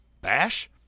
Bash